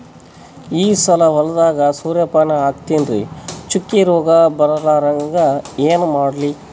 ಈ ಸಲ ಹೊಲದಾಗ ಸೂರ್ಯಪಾನ ಹಾಕತಿನರಿ, ಚುಕ್ಕಿ ರೋಗ ಬರಲಾರದಂಗ ಏನ ಮಾಡ್ಲಿ?